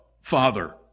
Father